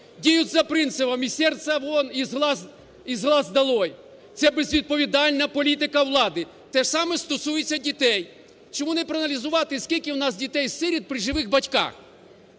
діють за принципом "из сердца вон и с глаз долой". Це безвідповідальна політика влади. Те ж саме стосується дітей. Чому не проаналізувати, скільки в нас дітей-сиріт при живих батьках.